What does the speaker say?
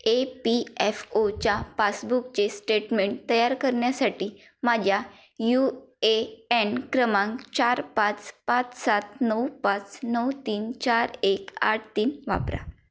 ए P F ओच्या पासबुकचे statement तयार करण्यासाठी माझ्या यू ए एन क्रमांक चार पाच पाच सात नऊ पाच नऊ तीन चार एक आठ तीन वापरा